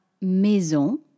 maison